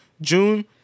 June